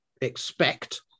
expect